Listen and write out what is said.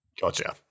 Gotcha